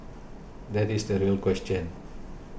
that is the real question